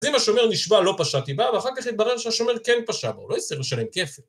אז אם השומר נשבע לא פשעתי בה, ואחר כך יתברר שהשומר כן פשע, הוא לא יצטרך לשלם כסף.